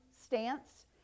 stance